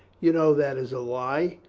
you know that is a lie.